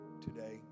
today